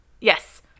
Yes